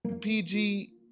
PG